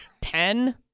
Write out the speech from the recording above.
ten